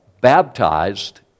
baptized